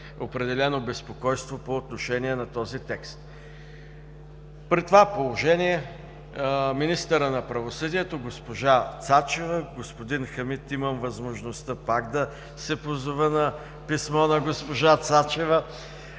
определено безпокойство по отношение на този текст. При това положение министърът на правосъдието госпожа Цачева – господин Хамид, имам възможността пак да се позова на писмо на госпожа Цачева.